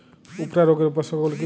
উফরা রোগের উপসর্গগুলি কি কি?